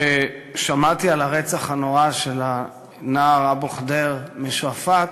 כששמעתי על הרצח הנורא של הנער אבו ח'דיר משועפאט,